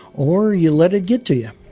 or you let it get to you.